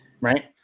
Right